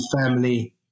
family